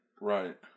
Right